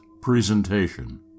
presentation